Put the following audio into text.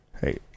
Hey